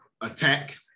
Attack